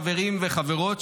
חברים וחברות,